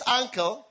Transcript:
uncle